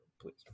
please